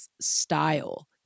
style